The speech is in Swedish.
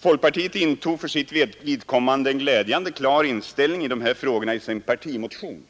Folkpartiet intog för sitt vidkommande en glädjande klar inställning i dessa frågor i sin partimotion.